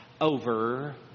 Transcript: over